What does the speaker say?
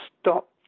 stop